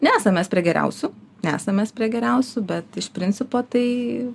nesam mes prie geriausių nesam prie geriausių bet iš principo tai